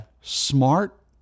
Smart